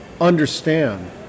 understand